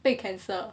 被 cancel